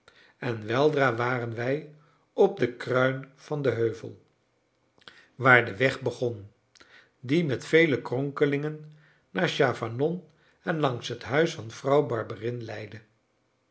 en weldra waren wij op de kruin van den heuvel waar de weg begon die met vele kronkelingen naar chavanon en langs het huis van vrouw barberin leidde